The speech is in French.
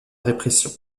répression